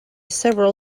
several